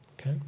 okay